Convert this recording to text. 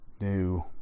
new